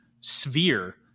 sphere